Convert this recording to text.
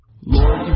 Lord